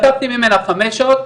לקחתי ממנה חמש שעות,